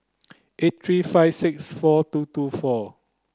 eight three five six four two two four